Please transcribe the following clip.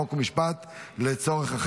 חוק ומשפט נתקבלה.